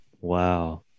Wow